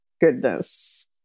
goodness